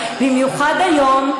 במיוחד היום,